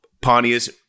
Pontius